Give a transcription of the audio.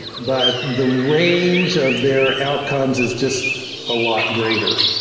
but the range of their outcomes is just a lot greater.